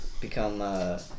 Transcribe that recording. become